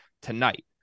tonight